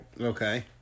Okay